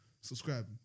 subscribe